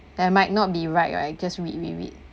that might not be right right just read read read